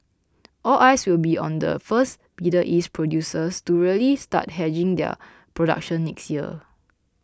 all eyes will be on the first Middle East producers to really start hedging their production next year